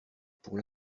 pour